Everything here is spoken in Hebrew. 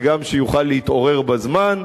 וגם שיוכל להתעורר בזמן.